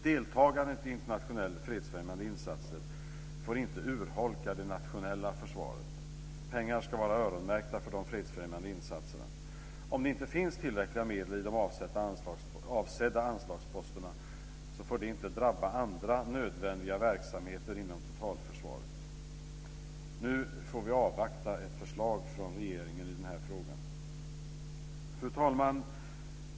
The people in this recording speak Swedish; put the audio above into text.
Deltagandet i internationella fredsfrämjande insatser får inte urholka det nationella försvaret. Pengar ska vara öronmärkta för de fredsfrämjande insatserna. Om det inte finns tillräckliga medel i de avsedda anslagsposterna får det inte drabba andra nödvändiga verksamheter inom totalförsvaret. Nu får vi avvakta ett förslag från regeringen i den här frågan. Fru talman!